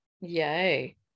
Yay